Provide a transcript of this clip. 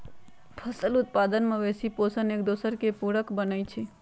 फसल उत्पादन, मवेशि पोशण, एकदोसर के पुरक बनै छइ